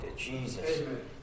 Jesus